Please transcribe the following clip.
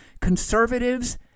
Conservatives